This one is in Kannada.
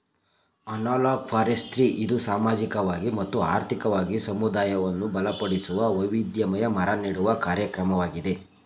ಅನಲೋಗ್ ಫೋರೆಸ್ತ್ರಿ ಇದು ಸಾಮಾಜಿಕವಾಗಿ ಮತ್ತು ಆರ್ಥಿಕವಾಗಿ ಸಮುದಾಯವನ್ನು ಬಲಪಡಿಸುವ, ವೈವಿಧ್ಯಮಯ ಮರ ನೆಡುವ ಕಾರ್ಯಕ್ರಮವಾಗಿದೆ